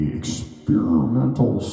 experimental